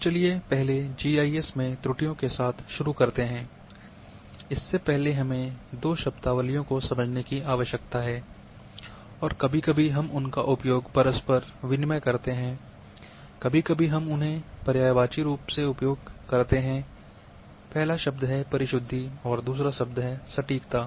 तो चलिए पहले जीआईएस में त्रुटियों के साथ शुरू करते हैं इससे पहले हमें 2 शब्दावलियों को समझने की आवश्यकता है और कभी कभी हम उनका उपयोग परस्पर विनिमय करते हैं कभी कभी हम उन्हें पर्यायवाची रूप से उपयोग करते हैं पहला शब्द है परिशुद्धि और दूसरा शब्द है सटीकता